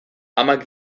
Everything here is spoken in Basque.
amak